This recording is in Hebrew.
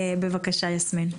בבקשה, יסמין.